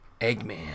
Eggman